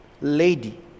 lady